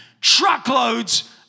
truckloads